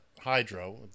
hydro